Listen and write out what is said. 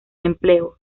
empleo